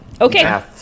Okay